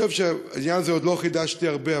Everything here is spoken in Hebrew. בעניין הזה עוד לא חידשתי הרבה,